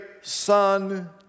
son